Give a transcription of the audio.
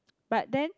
but then